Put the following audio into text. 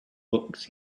books